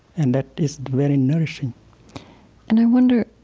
and that is very nourishing and i wonder,